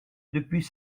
depuis